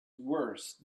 worse